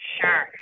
Sure